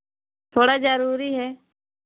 थोड़ा जरूरी है